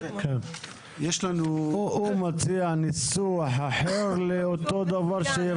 הוא מציע ניסוח אחר לאותו דבר.